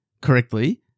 correctly